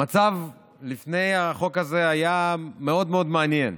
המצב לפני החוק הזה היה מאוד מאוד מעניין.